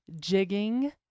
jigging